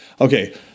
okay